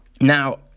now